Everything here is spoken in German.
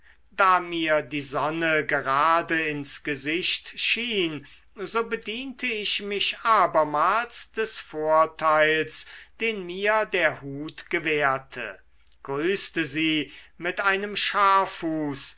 da mir die sonne gerade ins gesicht schien so bediente ich mich abermals des vorteils den mir der hut gewährte grüßte sie mit einem